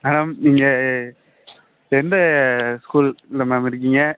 madam நீங்கள் இப்போ எந்த ஸ்கூலில் மேம் இருக்கீங்க